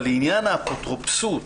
אבל לעניין האפוטרופסות